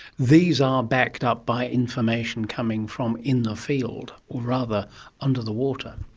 these are backed up by information coming from in the field, or rather under the water.